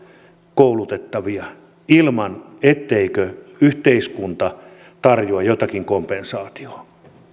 koulutettavia ilman etteikö yhteiskunta tarjoa jotakin kompensaatiota